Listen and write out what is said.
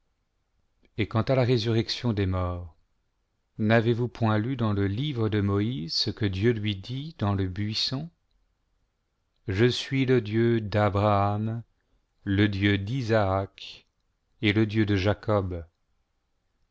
et quant à la résurrection des morts n'avez-vous point lu dans le livre de moïse ce que dieu lui dit dans le buisson je suis le dieu d'abraham le dieu d'isaac et le dieu de jacob